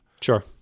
Sure